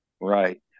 Right